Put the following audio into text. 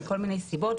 מכל מיני סיבות,